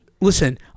Listen